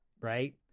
Right